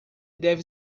deve